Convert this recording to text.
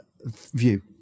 view